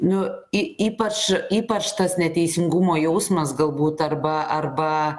nu i ypač ypač tas neteisingumo jausmas galbūt arba arba